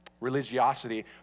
religiosity